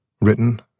Written